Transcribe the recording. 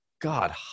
God